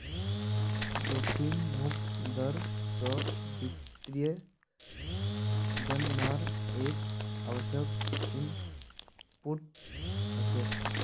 जोखिम मुक्त दर स वित्तीय गणनार एक आवश्यक इनपुट हछेक